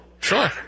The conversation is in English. Sure